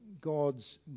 God's